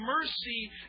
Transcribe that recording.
mercy